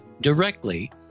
directly